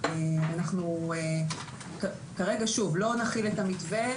אבל אנחנו בוודאי מבקשים ויש קדימויות בתוך הדבר הזה.